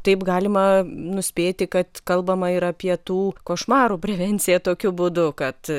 taip galima nuspėti kad kalbama ir apie tų košmarų prevenciją tokiu būdu kad